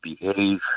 behave